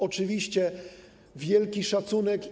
Oczywiście wielki szacunek.